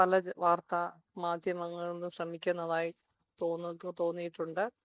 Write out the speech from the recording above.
പല വാർത്താ മാധ്യമങ്ങളും ശ്രമിക്കുന്നതായി തോന്നിയിട്ടുണ്ട്